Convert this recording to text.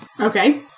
Okay